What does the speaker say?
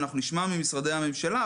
אנחנו נשמע ממשרדי הממשלה,